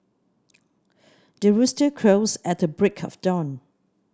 the rooster crows at the break of dawn